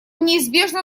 неизбежно